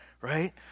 right